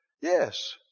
yes